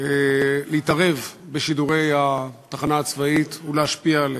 להתערב בשידורי התחנה הצבאית ולהשפיע עליהם.